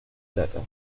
dakar